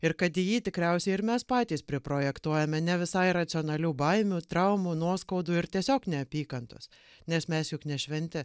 ir kad į jį tikriausiai ir mes patys priprojektuojame ne visai racionalių baimių traumų nuoskaudų ir tiesiog neapykantos nes mes juk nešventi